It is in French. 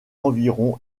environ